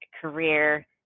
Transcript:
career